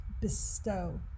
bestow